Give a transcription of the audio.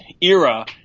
era